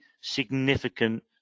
significant